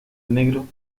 negro